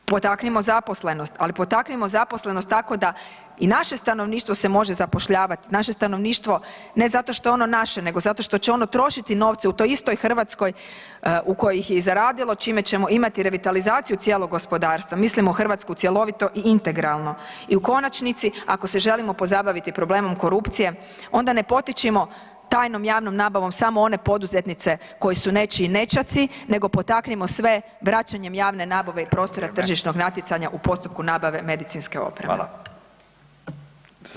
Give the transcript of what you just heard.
Potaknimo zaposlenost, ali potaknimo zaposlenost tako da i naše stanovništvo se može zapošljavati, naše stanovništvo ne zato što je ono naše nego zato što će ono trošiti novce u toj istoj Hrvatskoj u kojoj ih je i zaradilo čime ćemo imati revitalizaciju cijelog gospodarstva, mislimo Hrvatsku cjeloviti i integralno i u konačnici ako se želimo pozabaviti problemom korupcije onda ne potičimo tajnom javnom nabavom samo one poduzetnice koji su nečiji nećaci nego potaknimo sve vraćanjem javne nabave i prostora tržišnog natjecanja u postupku [[Upadica: Vrijeme.]] nabave medicinske opreme.